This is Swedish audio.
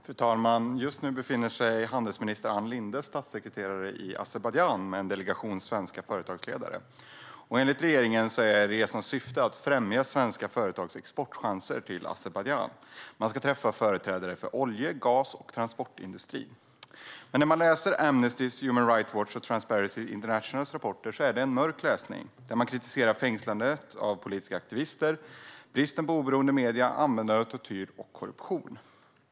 Fru talman! Just nu befinner sig handelsminister Ann Lindes statssekreterare i Azerbajdzjan med en delegation svenska företagsledare. Enligt regeringen är resans syfte att främja svenska företags exportchanser i fråga om Azerbajdzjan. Man ska träffa företrädare för olje, gas och transportindustrin. Men läsningen av Amnestys, Human Rights Watchs och Transparency Internationals rapporter är mörk. Man kritiserar fängslandet av politiska aktivister, bristen på oberoende medier, användandet av tortyr och korruption.